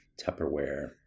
Tupperware